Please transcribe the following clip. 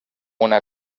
una